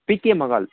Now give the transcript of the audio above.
PK Mahal